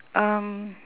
um